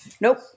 nope